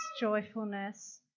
joyfulness